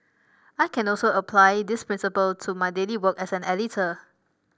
I can also apply this principle to my daily work as an editor